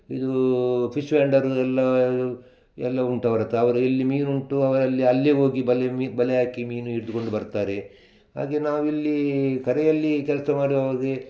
ಇದು fish vendor ಎಲ್ಲ ಎಲ್ಲ ಉಂಟು ಅವರ ಹತ್ರ ಅವರು ಎಲ್ಲಿ ಮೀನುಂಟು ಅವರಲ್ಲಿ ಅಲ್ಲಿಯೇ ಹೋಗಿ ಬಲೆ ಮೀ ಬಲೆ ಹಾಕಿ ಮೀನು ಹಿಡಿದುಕೊಂಡು ಬರ್ತಾರೆ ಹಾಗೆ ನಾವಿಲ್ಲಿ ಕೆರೆಯಲ್ಲಿ ಕೆಲಸ ಮಾಡುವವರ್ಗೆ